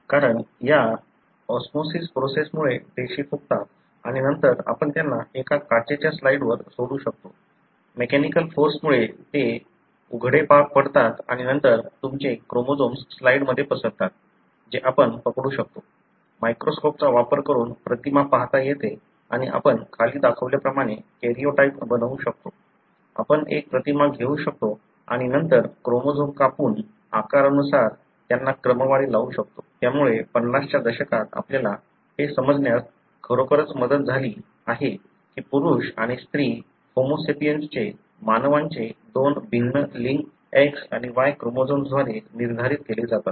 कारण या osmosis process मुळे पेशी फुगतात आणि नंतर आपण त्यांना एका काचेच्या स्लाइडवर सोडू शकतो मेकॅनिकल फोर्स मुळे ते उघडे पडतात आणि नंतर तुमचे क्रोमोझोम्स स्लाइडमध्ये पसरतात जे आपण पकडू शकतो मायक्रोस्कोप चा वापर करून प्रतिमा पाहता येते आणि आपण खाली दाखवल्याप्रमाणे कॅरिओटाइप बनवू शकतो आपण एक प्रतिमा घेऊ शकतो आणि नंतर क्रोमोझोम कापून आकारानुसार त्यांना क्रमवारी लावू शकतो त्यामुळे 50 च्या दशकात आपल्याला हे समजण्यास खरोखरच मदत झाली आहे की पुरुष आणि स्त्री होमो सेपियन्सचे मानवांचे दोन भिन्न लिंग X आणि Y क्रोमोझोम्सद्वारे निर्धारित केले जातात